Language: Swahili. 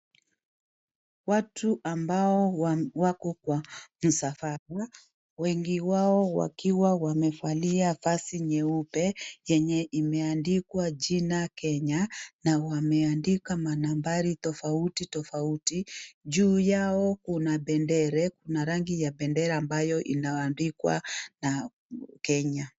Watu ambao wako kwa msafara wegi wao wakiwa wamevalia vazi nyeupe yenye imeandikwa jina Kenya na wameandika manambari tofauti tofauti juu yao kuna bendera kuna rangi ya bendera ambayo inaandikwa na Kenya.